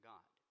God